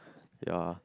ya